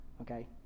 okay